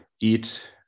eat